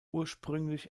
ursprünglich